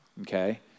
okay